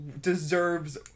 deserves